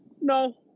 No